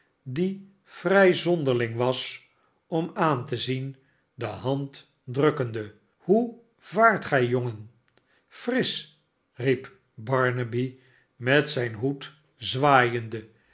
die vrij zonderling was om aan te zien de hand drukkende hoe vaart gij iongen frisch riep barnaby met zijn hoed zwaaiende